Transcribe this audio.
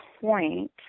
point